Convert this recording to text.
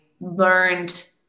learned